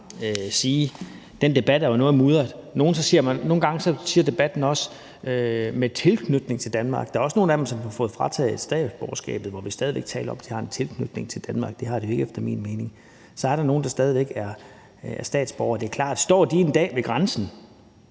sige, at den debat jo er noget mudret. Nogle gange taler man i debatten også om tilknytning til Danmark. Der er også nogle af dem, som har fået frataget statsborgerskabet, og hvor man stadig væk taler om, at de har en tilknytning til Danmark. Det har de ikke efter min mening. Så er der nogle, der stadig væk er statsborgere. Det er klart, at står de en dag ved grænsen,